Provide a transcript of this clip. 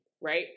right